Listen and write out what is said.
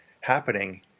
happening